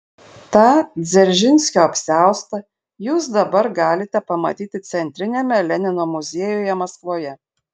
tą dzeržinskio apsiaustą jūs dabar galite pamatyti centriniame lenino muziejuje maskvoje